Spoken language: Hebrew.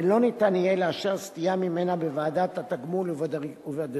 ולא ניתן יהיה לאשר סטייה ממנה בוועדת התגמול ובדירקטוריון.